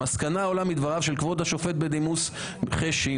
מסקנה העולה מדבריו של כבוד השופט בדימוס חשין,